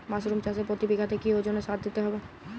Mushroom চাষে প্রতি বিঘাতে কি ওজনে সার দিতে হবে?